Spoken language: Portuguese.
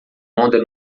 onda